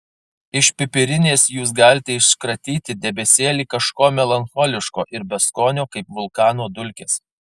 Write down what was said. iš pipirinės jūs galite iškratyti debesėlį kažko melancholiško ir beskonio kaip vulkano dulkės